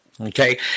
Okay